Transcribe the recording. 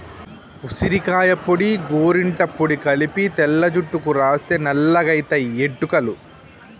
ఉసిరికాయ పొడి గోరింట పొడి కలిపి తెల్ల జుట్టుకు రాస్తే నల్లగాయితయి ఎట్టుకలు